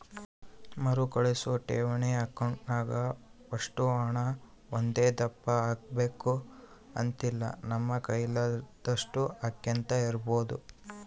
ಮರುಕಳಿಸೋ ಠೇವಣಿ ಅಕೌಂಟ್ನಾಗ ಒಷ್ಟು ಹಣ ಒಂದೇದಪ್ಪ ಹಾಕ್ಬಕು ಅಂತಿಲ್ಲ, ನಮ್ ಕೈಲಾದೋಟು ಹಾಕ್ಯಂತ ಇರ್ಬೋದು